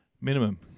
Minimum